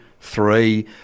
three